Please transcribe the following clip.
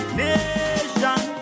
nation